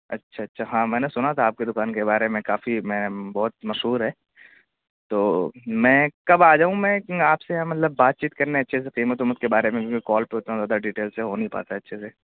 اچھا اچھا ہاں میں نے سنا تھا آپ کی دکان کے بارے میں کافی میں بہت مشہور ہے تو میں کب آ جاؤں میں آپ سے مطلب بات چیت کرنے اچھے سے قیمت ویمت کے بارے میں کال پہ اتنا زیادہ ڈیٹیل سے ہو نہیں پاتا ہے اچھے سے